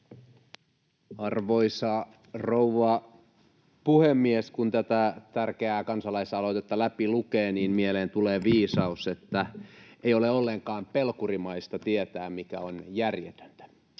Arvoisa rouva puhemies! Kun tätä tärkeää kansalaisaloitetta läpi lukee, niin mieleen tulee viisaus, että ei ole ollenkaan pelkurimaista tietää, mikä on järjetöntä.